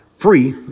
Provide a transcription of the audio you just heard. free